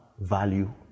value